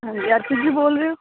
ਬੋਲ ਰਹੇ ਹੋ